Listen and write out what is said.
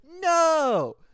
No